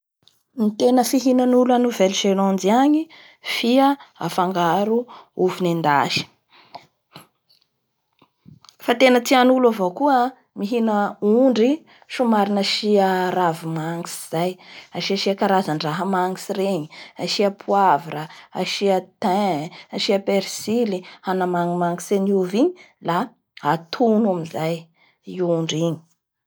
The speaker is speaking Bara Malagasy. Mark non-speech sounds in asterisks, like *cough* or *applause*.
Ny tena fihinan'olo a Nouvelle Gelande agny fia afangaro ovy nendasy, *noise* fa tena tian'olo avao koa mihina ondry somary nasia ravimangitry, asiaasia karandraha mangitry reny, asia poivre a, asia *unintelligible* thin, asia percily hanamangimangitry any ovy igny la atono amizay.